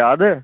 ਯਾਦ ਹੈ